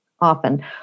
often